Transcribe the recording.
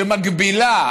שמגבילה,